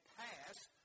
passed